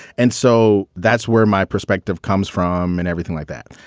and so that's where my perspective comes from and everything like that.